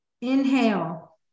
Inhale